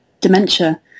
dementia